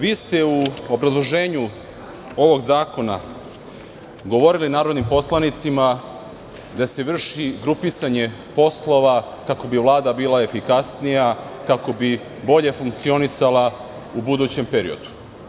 Vi ste u obrazloženju ovog zakona govorili narodnim poslanicima da se vrši grupisanje poslova kako bi Vlada bila efikasnija, kako bi bolje funkcionisala u budućem periodu.